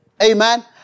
Amen